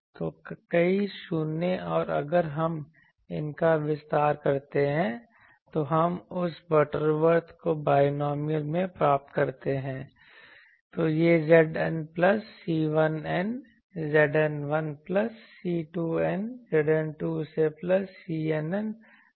तो कई शून्य और अगर हम इनका विस्तार करते हैं तो हम उस बटरवर्थ को बायनॉमियल में प्राप्त करते हैं तो यह ZN plus C1N Z N 1 plus C2N ZN 2 से प्लस CNN तक हो जाता है